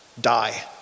die